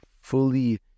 fully